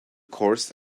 course